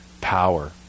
power